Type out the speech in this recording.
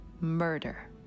Murder